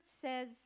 says